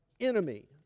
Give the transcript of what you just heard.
enemy